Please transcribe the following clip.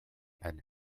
and